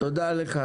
תודה לך.